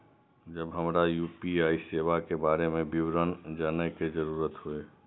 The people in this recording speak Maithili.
जब हमरा यू.पी.आई सेवा के बारे में विवरण जानय के जरुरत होय?